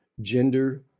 gender